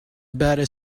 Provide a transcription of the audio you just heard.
better